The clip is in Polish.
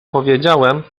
powiedziałem